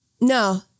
No